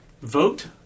vote